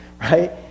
right